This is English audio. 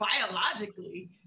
biologically